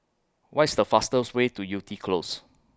What IS The fastest Way to Yew Tee Close